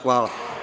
Hvala.